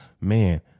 man